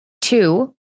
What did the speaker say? two